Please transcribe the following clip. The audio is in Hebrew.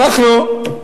אנחנו,